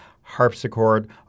harpsichord